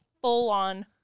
full-on